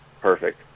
Perfect